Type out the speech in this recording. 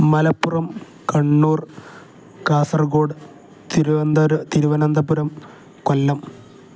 Malappuram Kannur Kasaragod Thiruvananthapuram Kollam